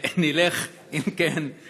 נלך, אם כן, לשאילתה.